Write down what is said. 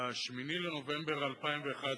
ב-8 בנובמבר 2011